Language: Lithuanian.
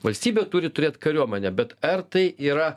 valstybė turi turėt kariuomenę bet ar tai yra